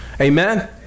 Amen